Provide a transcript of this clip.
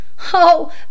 Oh